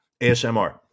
ASMR